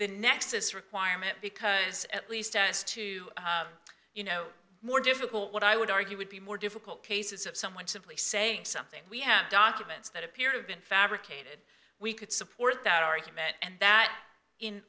the nexus requirement because at least as to you know more difficult what i would argue would be more difficult cases of someone simply saying something we have documents that appear to have been fabricated we could support that argument and that in